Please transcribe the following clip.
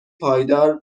پایدار